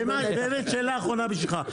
באמת שאלה אחרונה בשבילך.